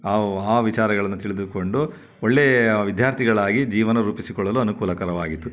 ಆ ಆ ವಿಚಾರಗಳನ್ನು ತಿಳಿದುಕೊಂಡು ಒಳ್ಳೆಯ ವಿದ್ಯಾರ್ಥಿಗಳಾಗಿ ಜೀವನ ರೂಪಿಸಿಕೊಳ್ಳಲು ಅನುಕೂಲಕರವಾಯಿತು